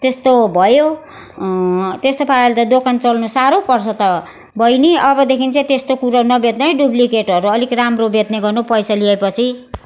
त्यस्तो भयो त्यस्तो पाराले त दोकान चल्नु साह्रो पर्छ त बहिनी अबदेखि चाहिँ त्यस्तो कुरा नबेच्नु है डुप्लिकेटहरू अलिक राम्रो बेच्ने गर्नु पैसा लिए पछि